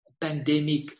pandemic